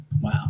Wow